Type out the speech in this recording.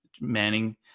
Manning